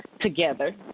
together